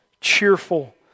cheerful